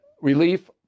relief